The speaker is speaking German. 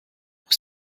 aus